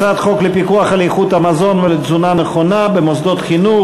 הצעת חוק לפיקוח על איכות המזון ולתזונה נכונה במוסדות חינוך,